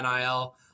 nil